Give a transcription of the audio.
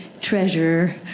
treasurer